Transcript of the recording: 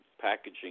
packaging